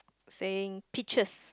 saying pictures